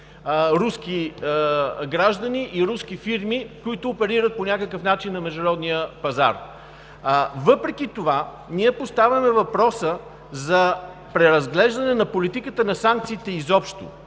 руски граждани и руски фирми, които фалират по някакъв начин на международния пазар. Въпреки това ние поставяме въпроса за преразглеждане на политиката на санкциите изобщо.